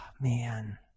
Man